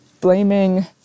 blaming